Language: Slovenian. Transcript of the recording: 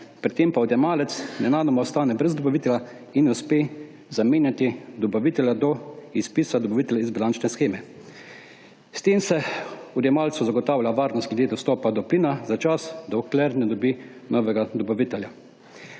pri tem pa odjemalec nenadoma ostane brez dobavitelja in ne uspe zamenjati dobavitelja do izpisa dobavitelja iz bilančne sheme. S tem se odjemalcu zagotavlja varnost glede dostopa do plina za čas, dokler ne dobi novega dobavitelja.